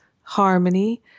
harmony